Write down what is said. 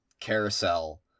carousel